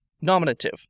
Nominative